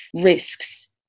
risks